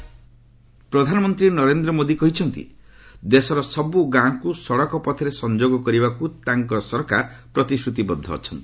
PM Kerala ପ୍ରଧାନମନ୍ତ୍ରୀ ନରେନ୍ଦ୍ର ମୋଦି କହିଛନ୍ତି ଦେଶର ସବୁ ଗାଁକୁ ସଡ଼କ ପଥରେ ସଂଯୋଗ କରିବାକୁ ଦେବାକୁ ତାଙ୍କ ସରକାର ପ୍ରତିଶ୍ରତିବଦ୍ଧ ଅଛନ୍ତି